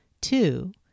Two